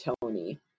Tony